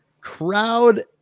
Crowd